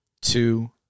two